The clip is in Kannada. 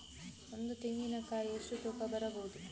ಒಂದು ತೆಂಗಿನ ಕಾಯಿ ಎಷ್ಟು ತೂಕ ಬರಬಹುದು?